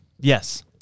Yes